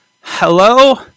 Hello